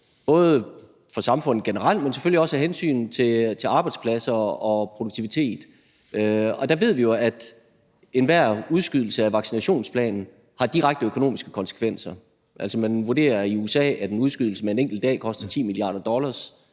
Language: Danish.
til samfundet generelt, men selvfølgelig også af hensyn til arbejdspladser og produktivitet, og der ved vi jo, at enhver udskydelse af vaccinationsplanen har direkte økonomiske konsekvenser. Man vurderer i USA, at en udskydelse med en enkelt dag koster 10 mia. dollars